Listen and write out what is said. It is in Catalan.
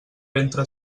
ventre